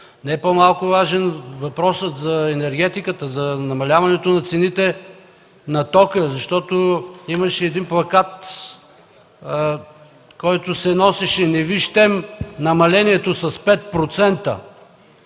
Не по-малко важен е въпросът за енергетиката, за намаляването на цените на тока, защото имаше един плакат, който се носеше: „Не ви щем намалението с 5%!“.